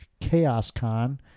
ChaosCon